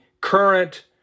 current